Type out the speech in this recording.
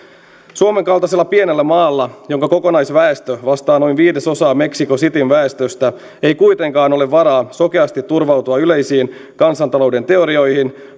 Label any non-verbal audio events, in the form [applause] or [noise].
suomen kaltaisella pienellä maalla jonka kokonaisväestö vastaa noin viidesosaa mexico cityn väestöstä ei kuitenkaan ole varaa sokeasti turvautua yleisiin kansantalouden teorioihin [unintelligible]